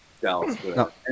Dallas